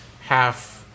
half-